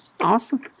awesome